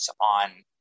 on